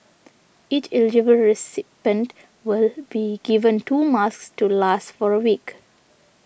each eligible recipient will be given two masks to last for a week